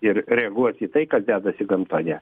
ir reaguos į tai kas dedasi gamtoje